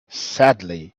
sadly